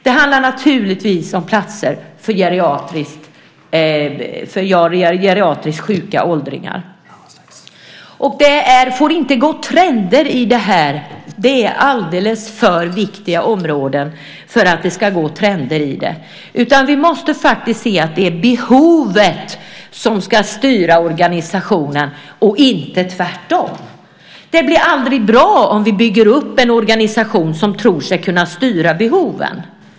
Det handlar naturligtvis om platser för geriatriskt sjuka åldringar. Det får inte gå trender i detta. Det här är alldeles för viktiga områden för att det ska få gå trender i dem. Vi måste faktiskt se till att det är behovet som ska styra organisationen och inte tvärtom. Det blir aldrig bra om vi bygger upp en organisation som tror sig kunna styra behoven.